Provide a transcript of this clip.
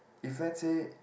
if let's say